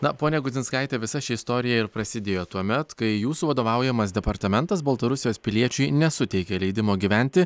na ponia gudzinskaite visa ši istorija ir prasidėjo tuomet kai jūsų vadovaujamas departamentas baltarusijos piliečiui nesuteikė leidimo gyventi